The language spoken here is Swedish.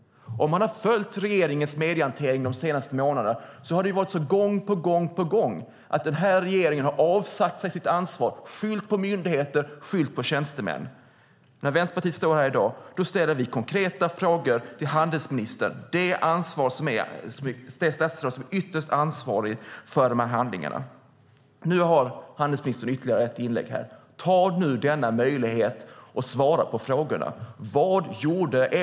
Har man följt regeringen i medierna de senaste månaderna har regeringen gång på gång avsagt sig sitt ansvar och skyllt på myndigheter och tjänstemän. Vänsterpartiet ställer i dag konkreta frågor till handelsministern, det statsråd som är ytterst ansvarig för dessa handlingar. Handelsminister Ewa Björling! Ta möjligheten att svara på frågorna i nästa inlägg!